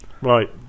Right